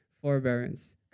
forbearance